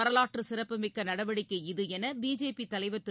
வரலாற்றுசிறப்பு மிக்கநடவடிக்கை இது எனபிஜேபிதலைவர் திரு